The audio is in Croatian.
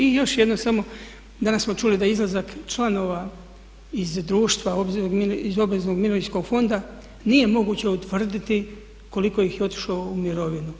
I još jedno samo danas smo čuli da izlazak članova iz društva iz obveznog mirovinskog fonda nije moguće utvrditi koliko ih je otišlo u mirovinu.